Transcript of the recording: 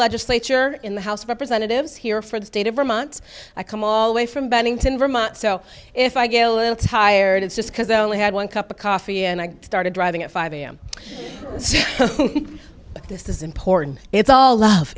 legislature in the house of representatives here for the state of vermont i come all the way from bennington vermont so if i get a little tired it's just because they only had one cup of coffee and i started driving at five am this is important it's all love